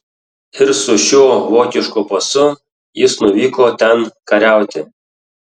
ir su šiuo vokišku pasu jis nuvyko ten kariauti